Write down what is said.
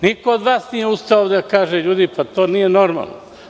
Niko od vas nije ustao da kaže da to nije normalno.